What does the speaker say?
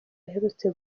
baherutse